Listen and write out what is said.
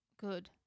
good